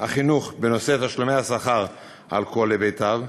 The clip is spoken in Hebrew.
החינוך בנושא תשלומי השכר על כל היבטיו,